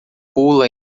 pula